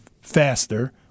faster